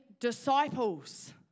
disciples